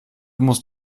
musst